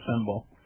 symbol